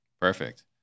Perfect